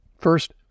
First